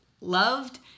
loved